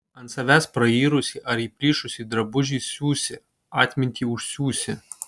ant savęs prairusį ar įplyšusį drabužį siūsi atmintį užsiūsi